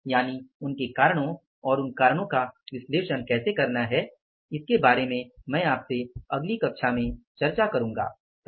यानि उनके कारणों और उन कारणों का विश्लेषण कैसे करना है इसके बारे में मैं आपसे अगली कक्षा में चर्चा करूंगा